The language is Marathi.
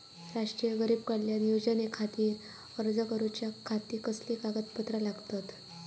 राष्ट्रीय गरीब कल्याण योजनेखातीर अर्ज करूच्या खाती कसली कागदपत्रा लागतत?